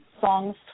Songs